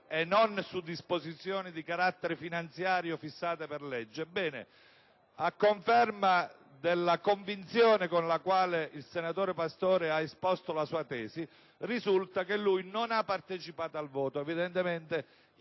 e non su disposizioni di carattere finanziario fissate per legge), a conferma della convinzione con la quale egli ha esposto la sua tesi, risulta non abbia partecipato al voto, evidentemente